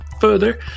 further